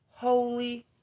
Holy